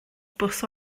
bws